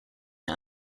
are